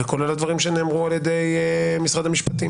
כולל הדברים שנאמרו על ידי משרד המשפטים